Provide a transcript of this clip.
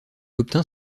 obtint